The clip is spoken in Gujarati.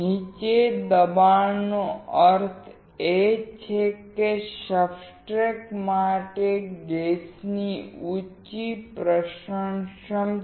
નીચા દબાણનો અર્થ એ છે કે સબસ્ટ્રેટ માટે ગેસની ઉચી પ્રસરણક્ષમતા